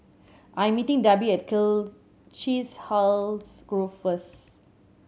I'm meeting Darby at Chiselhurst Grove first